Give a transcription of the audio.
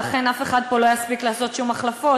ולכן אף אחד פה לא יספיק לעשות שום החלפות.